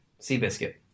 Seabiscuit